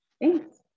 Thanks